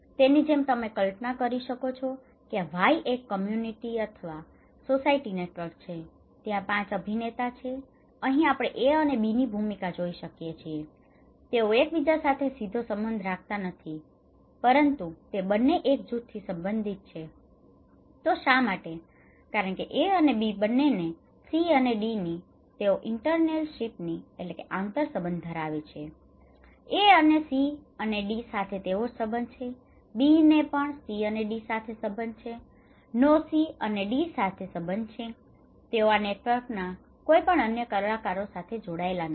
તેની જેમ તમે કલ્પના કરી શકો છો કે આ Y એક કમ્યૂનિટી community સમુદાય અથવા સોસાયટી નેટવર્ક છે ત્યાં પાંચ અભિનેતાઓ છે અહીં આપણે A અને Bની ભૂમિકા જોઈ શકીએ છીએ તેઓ એકબીજા સાથે સીધો સંબંધ રાખતા નથી પરંતુ તે બંને એક જુથથી સંબંધિત છે શા માટે કારણ કે A અને B બંનેને C અને Dની તેઓ ઇન્ટરરિલેશનશીપ interrelationship આંતરસંબંધ ધરાવે છે A ને C અને D સાથે તેવો જ સંબંધ છે B ને પણ C અને D સાથે સંબંધ છે નો સી અને ડી સાથે સંબંધ છે તેઓ આ નેટવર્કના કોઈપણ અન્ય કલાકારો સાથે જોડાયેલા નથી